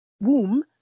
womb